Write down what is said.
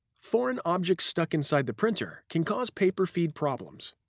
foreign objects stuck inside the printer can cause paper feed problems.